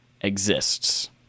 exists